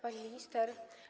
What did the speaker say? Pani Minister!